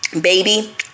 Baby